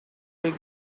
take